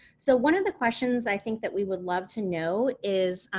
so, one of the questions, i think, that we would love to know is,